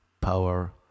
power